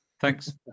Thanks